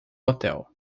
hotel